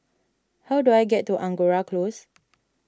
how do I get to Angora Close